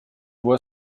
vois